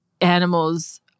animals